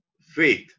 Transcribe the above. faith